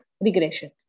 regression